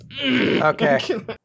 Okay